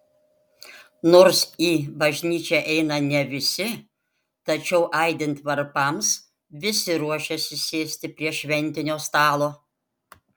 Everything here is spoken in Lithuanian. nors į bažnyčią eina ne visi tačiau aidint varpams visi ruošiasi sėsti prie šventinio stalo